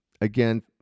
again